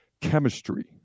chemistry